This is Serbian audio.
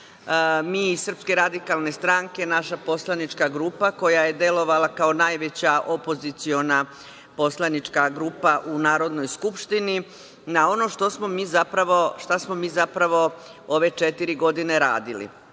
javnost mi iz SRS, naša poslanička grupa koja je delovala kao najveća opoziciona poslanička grupa u Narodnoj skupštini, na ono šta smo mi zapravo ove četiri godine radili.